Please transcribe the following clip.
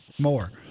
more